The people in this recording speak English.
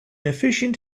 efficient